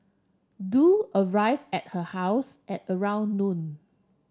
Du arrive at her house at around noon